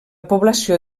població